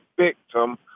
victim